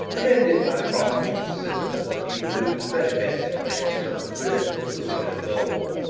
and ended by promising his sister that he would do his very best to make himself agreeable to the widow bold.